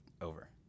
over